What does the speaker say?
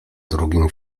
drugim